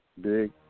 Big